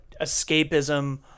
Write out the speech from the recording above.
escapism